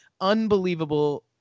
unbelievable